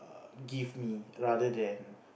give me rather than